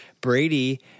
Brady